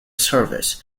service